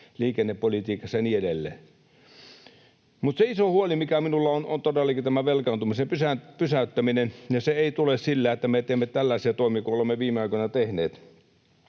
liikennepolitiikassa ja niin edelleen. Mutta iso huoli minulla on todellakin tämä velkaantumisen pysäyttäminen. Se ei tule sillä, että me teemme tällaisia toimia kuin olemme viime aikoina tehneet.